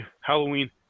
Halloween